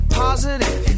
positive